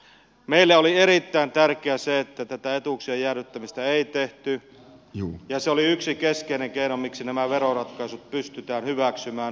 meille oli erittäin tärkeää se että tätä etuuksien jäädyttämistä ei tehty ja se oli yksi keskeinen keino miksi nämä veroratkaisut pystytään hyväksymään